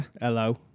Hello